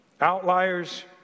Outliers